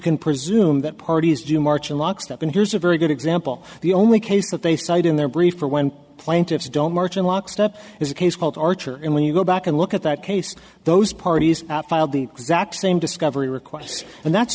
can presume that parties do march in lock step and here's a very good example the only case that they cite in their brief or when plaintiffs don't march in lockstep is a case called archer and when you go back and look at that case those parties filed the exact same discovery requests and that's